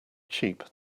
cheap